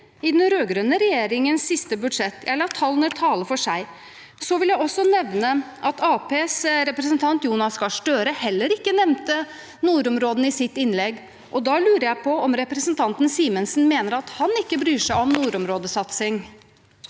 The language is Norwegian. i den rød-grønne regjeringens siste budsjett. Jeg lar tallene tale for seg selv. Så vil jeg også nevne at Arbeiderpartiets representant, Jonas Gahr Støre, heller ikke nevnte nordområdene i sitt innlegg. Da lurer jeg på om representanten Simensen mener at han ikke bryr seg om nordområdesatsing.